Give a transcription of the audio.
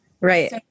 Right